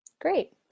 Great